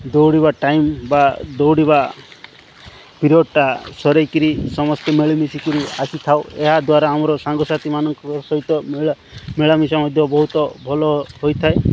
ଦୌଡ଼ିବା ଟାଇମ୍ ବା ଦୌଡ଼ିବା ପିରିୟଡ଼୍ଟା ସରାଇକରି ସମସ୍ତେ ମିଳିମିଶିକିରି ଆସିଥାଉ ଏହା ଦ୍ୱାରା ଆମର ସାଙ୍ଗସାଥିମାନଙ୍କ ସହିତ ମିଳା ମିଳାମିଶା ମଧ୍ୟ ବହୁତ ଭଲ ହୋଇଥାଏ